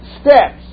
steps